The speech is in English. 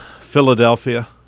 Philadelphia